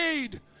made